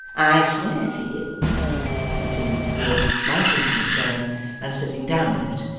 i swear to you continued the dwarf dismounting from the chair and sitting down in it,